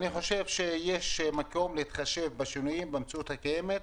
אני חושב שיש מקום להתחשב בשינויים במציאות הקיימת.